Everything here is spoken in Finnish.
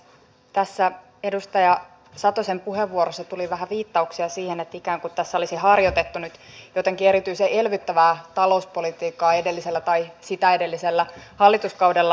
tässä edustaja satosen puheenvuorossa tuli vähän viittauksia siihen että tässä olisi ikään kuin harjoitettu nyt jotenkin erityisen elvyttävää talouspolitiikkaa edellisellä tai sitä edellisellä hallituskaudella